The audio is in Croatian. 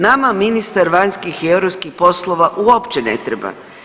Nama ministar vanjskih i europskih poslova uopće ne treba.